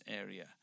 area